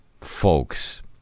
folks